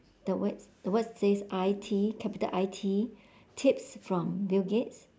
the words the words says I T capital I T tips from bill-gates